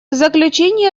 заключение